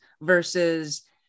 versus